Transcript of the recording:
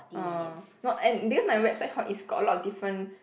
uh not and because my website hor is got a lot of different